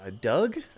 Doug